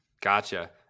Gotcha